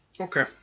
Okay